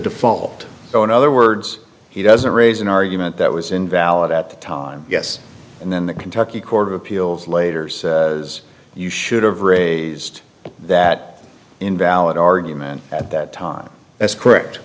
default so in other words he doesn't raise an argument that was invalid at the time yes and then the kentucky court of appeals later says you should have raised that invalid argument at that time as correct